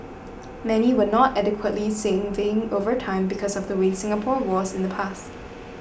many were not adequately saving over time because of the way Singapore was in the past